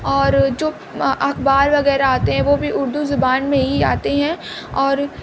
اور جو اخبار وغیرہ آتے ہیں وہ بھی اردو زبان میں ہی آتے ہیں اور